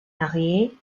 marié